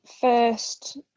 first